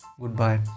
Goodbye